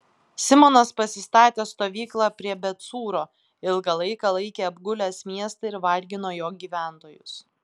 simonas pasistatė stovyklą prie bet cūro ilgą laiką laikė apgulęs miestą ir vargino jo gyventojus